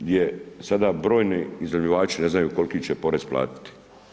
Gdje sada brojni iznajmljivači ne znaju koliki će porez platiti.